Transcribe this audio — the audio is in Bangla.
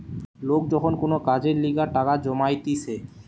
লোক যখন কোন কাজের লিগে টাকা জমাইতিছে